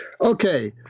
Okay